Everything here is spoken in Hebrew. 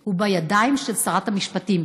הוא בידיים של שרת המשפטים.